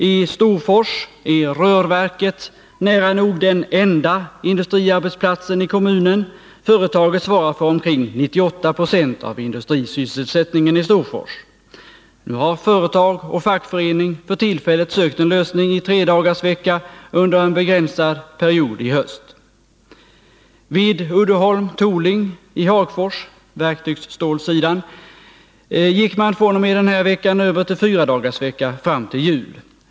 I Storfors är rörverket nära nog den enda industriarbetsplatsen i kommunen — företaget svarar för omkring 98 96 av industrisysselsättningen i Storfors. Nu har företag och fackförening för tillfället sökt en lösning i tredagarsvecka under en begränsad period i höst. Vid Uddeholm Tooling i Hagfors, alltså på verktygsstålsidan, gick man fr.o.m. den här veckan över till fyradagarsvecka fram till jul.